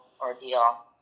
ordeal